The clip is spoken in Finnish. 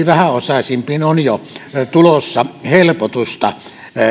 vähäosaisimmille on jo tulossa helpotusta